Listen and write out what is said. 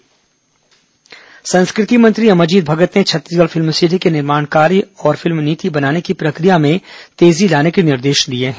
संस्कृति मंत्री समीक्षा संस्कृति मंत्री अमरजीत भगत ने छत्तीसगढ़ फिल्म सिटी के निर्माण कार्य और फिल्म नीति बनाने की प्रक्रिया में तेजी लाने के निर्देश दिए हैं